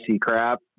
crap